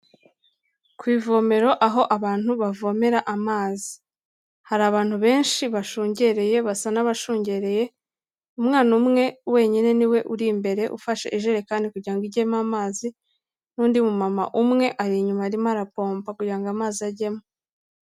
Ku ivomero aho abantu bavomera amazi, hari abantu benshi bashungereye basa n'abashungereye, umwana umwe wenyine ni we uri imbere ufashe ijerekani kugira ngo ijyemo amazi n'undi mumama umwe ari inyuma arimo arapomba kugira ngo amazi ajyemo.